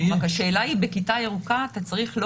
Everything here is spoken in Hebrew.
רק השאלה בכיתה ירוקה היא שאתה צריך לא